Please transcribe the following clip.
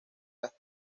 las